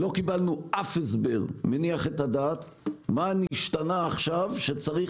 לא קיבלנו אף הסבר מניח את הדעת מה נשתנה עכשיו שהיה צריך